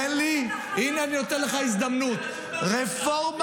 תן לי, הינה, אני נותן לך הזדמנות, רפורמה